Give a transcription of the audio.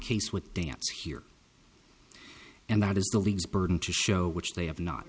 case with dance here and that is the league's burden to show which they have not